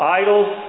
idols